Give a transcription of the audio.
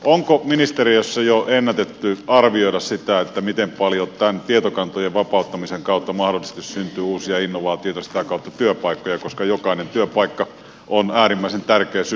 onko ministeriössä jo ennätetty arvioida sitä miten paljon tämän tietokantojen vapauttamisen kautta mahdollisesti syntyy uusia innovaatioita ja sitä kautta työpaikkoja koska jokainen työpaikka on äärimmäisen tärkeä synnyttää suomenmaahan